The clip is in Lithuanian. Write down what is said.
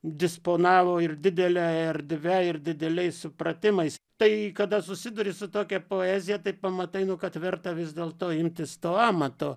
disponavo ir didele erdve ir dideliais supratimais tai kada susiduri su tokia poezija tai pamatai kad verta vis dėlto imtis to amato